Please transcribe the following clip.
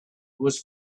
was